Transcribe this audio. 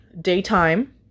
daytime